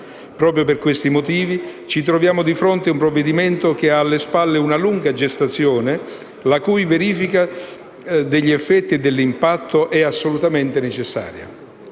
Proprio per questi motivi, ci troviamo di fronte un provvedimento che ha alle spalle una lunga gestazione, la cui la verifica degli effetti e dell'impatto è assolutamente necessaria.